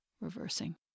reversing